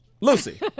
Lucy